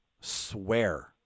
swear